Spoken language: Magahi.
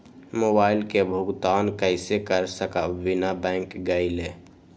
मोबाईल के भुगतान कईसे कर सकब बिना बैंक गईले?